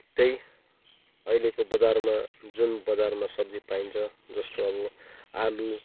त्यही अहिलेको बजारमा जुन बजारमा सब्जी पाइन्छ जस्तो अब आलु